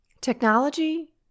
Technology